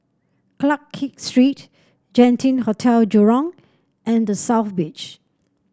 Clarke Street Genting Hotel Jurong and The South Beach